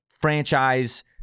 franchise